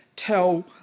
tell